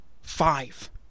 five